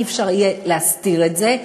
לא יהיה אפשר להסתיר את זה,